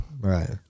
Right